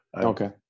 Okay